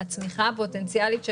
הצמיחה הפוטנציאלית שלנו,